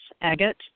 agate